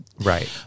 Right